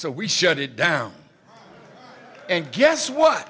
so we shut it down and guess what